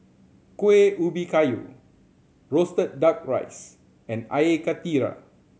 Kuih Ubi Kayu roasted Duck Rice and Air Karthira